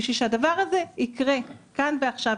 כדי שהדבר הזה יקרה כאן ועכשיו,